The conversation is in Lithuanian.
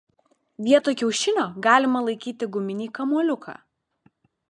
vietoj kiaušinio galima laikyti guminį kamuoliuką